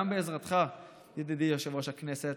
גם בעזרתך, ידידי יושב-ראש הכנסת,